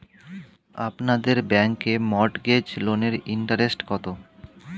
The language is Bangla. আপনাদের ব্যাংকে মর্টগেজ লোনের ইন্টারেস্ট কত?